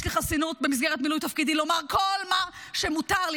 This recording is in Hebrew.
יש לי חסינות במסגרת מילוי תפקידי לומר כל מה שמותר לי.